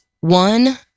one